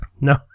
No